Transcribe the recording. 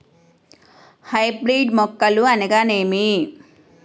Hybrid మొక్కలు అనగానేమి?